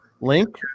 link